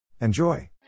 Enjoy